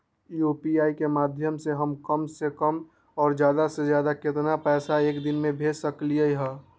UPI के माध्यम से हम कम से कम और ज्यादा से ज्यादा केतना पैसा एक दिन में भेज सकलियै ह?